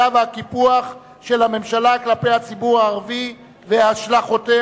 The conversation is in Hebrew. והקיפוח של הממשלה כלפי הציבור הערבי והשלכותיה.